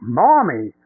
mommy